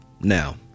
Now